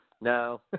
No